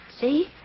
See